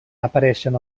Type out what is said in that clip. apareixen